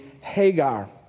Hagar